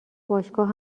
باشگاه